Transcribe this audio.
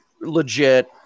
legit